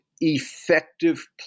effective